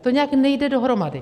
To nějak nejde dohromady.